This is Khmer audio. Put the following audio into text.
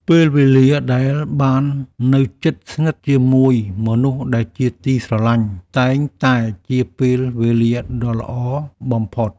ពេលវេលាដែលបាននៅជិតស្និទ្ធជាមួយមនុស្សជាទីស្រឡាញ់ តែងតែជាពេលវេលាដ៏ល្អបំផុត។